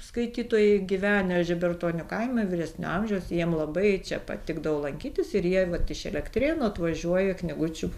skaitytojai gyvenę žibartonių kaime vyresnio amžiaus jiem labai čia patikdavo lankytis ir jie vat iš elektrėnų atvažiuoja knygučių